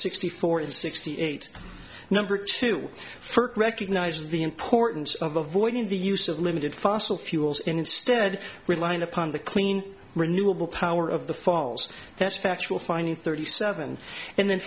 sixty four and sixty eight number two first recognise the importance of avoiding the use of limited fossil fuels and instead relying upon the clean renewable power of the falls that's factual finding thirty seven and then